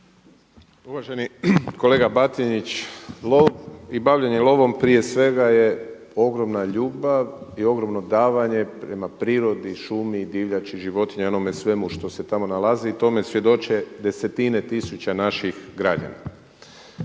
Uvaženi kolega Batinić. Lov i bavljenje lovom prije svega je ogromna ljubav i ogromno davanje prema prirodi, šumi, divljači, životinjama i onome svemu što se tamo nalazi. Tome svjedoči desetine tisuća naših građana.